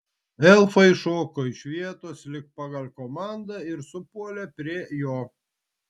elfai šoko iš vietos lyg pagal komandą ir supuolė prie jo